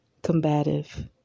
combative